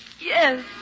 Yes